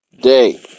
day